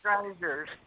strangers